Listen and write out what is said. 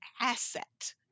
asset